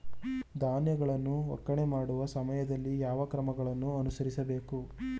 ಧಾನ್ಯಗಳನ್ನು ಒಕ್ಕಣೆ ಮಾಡುವ ಸಮಯದಲ್ಲಿ ಯಾವ ಕ್ರಮಗಳನ್ನು ಅನುಸರಿಸಬೇಕು?